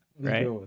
Right